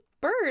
bird